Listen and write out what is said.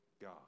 God